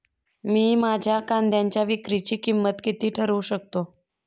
मी माझ्या कांद्यांच्या विक्रीची किंमत किती ठरवू शकतो?